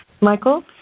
Michael